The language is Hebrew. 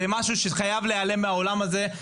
זה משהו שחייב להיעלם מהעולם הזה.